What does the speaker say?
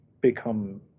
become